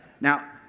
Now